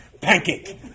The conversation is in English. pancake